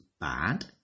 bad